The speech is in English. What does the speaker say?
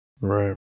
Right